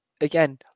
again